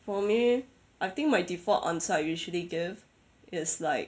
for me I think my default answer I usually give is like